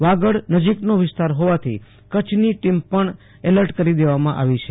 વાગડ નજીકના વિસ્તાર હોવાથી કચ્છની ટીમ પણ એલર્ટ કરી દેવામાં આવી છે